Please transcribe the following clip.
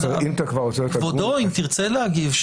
ואם חבר הכנסת מקלב ירצה להעיר הערה לסדר,